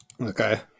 Okay